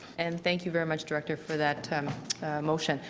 and thank you very much, director for that motion.